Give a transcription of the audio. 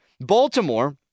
Baltimore